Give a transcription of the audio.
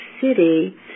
City